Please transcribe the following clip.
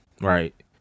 right